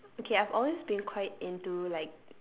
okay I've always been quite into like